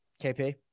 KP